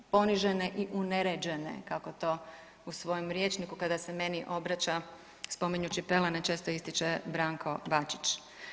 Ponižene i uneređene kako to u svojem rječniku kada se meni obraća spominjući pelene često ističe Branko Bačić.